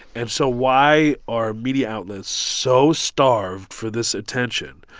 and so why are media outlets so starved for this attention,